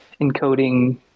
encoding